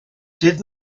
dydd